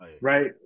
right